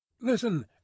Listen